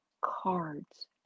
cards